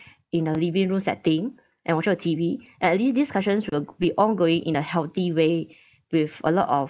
in a living room setting and watching a T_V at least discussions will be ongoing in a healthy way with a lot of